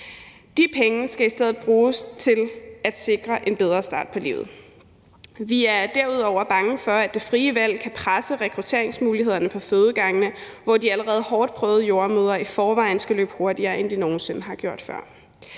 De penge skal i stedet bruges til at sikre en bedre start på livet. Vi er derudover bange for, at det frie valg kan presse rekrutteringsmulighederne på fødegangene, hvor de allerede hårdt prøvede jordemødre i forvejen skal løbe hurtigere, end de nogen sinde har gjort før.